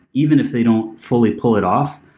even if they don't fully pull it off,